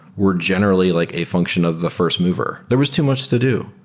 we're generally like a function of the first mover. there was too much to do.